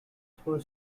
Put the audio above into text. for